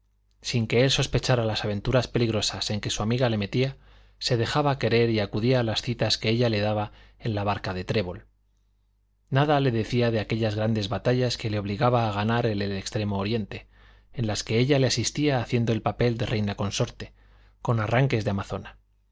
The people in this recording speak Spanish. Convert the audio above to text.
sin que él sospechara las aventuras peligrosas en que su amiga le metía se dejaba querer y acudía a las citas que ella le daba en la barca de trébol nada le decía de aquellas grandes batallas que le obligaba a ganar en el extremo oriente en las que ella le asistía haciendo el papel de reina consorte con arranques de amazona